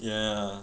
ya